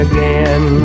Again